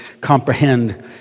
comprehend